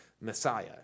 Messiah